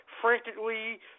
frantically